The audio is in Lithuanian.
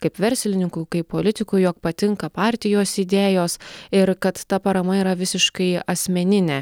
kaip verslininkui kaip politikui jog patinka partijos idėjos ir kad ta parama yra visiškai asmeninė